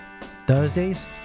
Thursdays